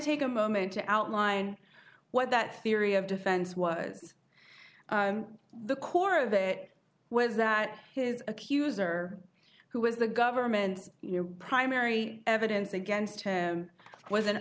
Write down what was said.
take a moment to outline what that theory of defense was the core of it was that his accuser who was the government your primary evidence against him was an